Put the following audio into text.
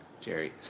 Jerry